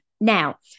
Now